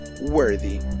worthy